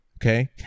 Okay